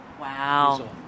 Wow